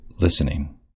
listening